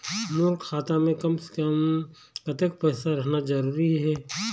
मोर खाता मे कम से से कम कतेक पैसा रहना जरूरी हे?